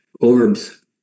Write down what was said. orbs